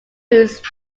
used